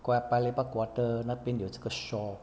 quo~ paya lebar quarter 那边有这个 shaw